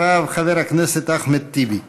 אחריו, חבר הכנסת אחמד טיבי.